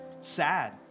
sad